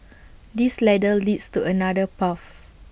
this ladder leads to another path